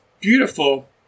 beautiful